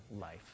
life